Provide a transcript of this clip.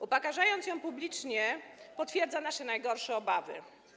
Upokarzając ją publicznie, potwierdza nasze najgorsze obawy.